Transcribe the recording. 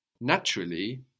Naturally